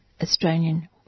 Australian